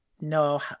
no